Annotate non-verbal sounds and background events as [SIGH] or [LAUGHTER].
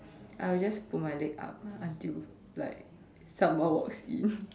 I will just put my leg up until like someone walks in [BREATH]